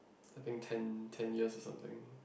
I think ten ten years or something